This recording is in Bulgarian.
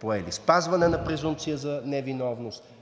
поели – спазване на презумпция за невиновност,